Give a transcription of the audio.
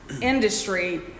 industry